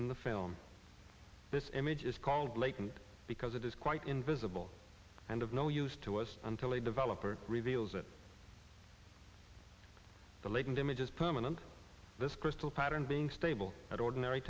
in the film this image is called latent because it is quite invisible and of no use to us until a developer reveals that the latent images permanent this crystal pattern being stable at ordinary